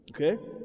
okay